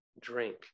drink